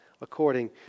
according